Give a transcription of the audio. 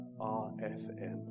RFM